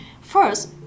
first